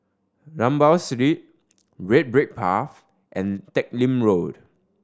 Rambau Street Red Brick Path and Teck Lim Road